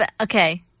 Okay